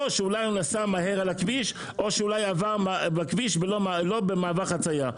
או שאולי הוא נסע מהר על הכביש או שאולי עבר בכביש ולא במעבר חצייה.